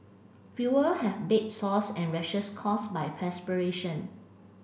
fewer have bed sores and rashes caused by perspiration